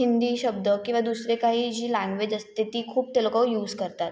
हिंदी शब्द किवा दुसरे काही जी लँग्वेज असते ती खूप ते लोकं यूज करतात